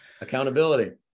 Accountability